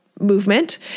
movement